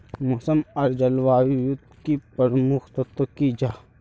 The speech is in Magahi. मौसम आर जलवायु युत की प्रमुख तत्व की जाहा?